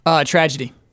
Tragedy